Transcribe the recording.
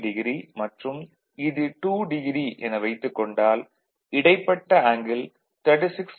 9o மற்றும் இது 2o என வைத்துக் கொண்டால் இடைப்பட்ட ஆங்கிள் 36